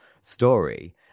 story